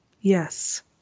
Yes